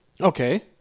Okay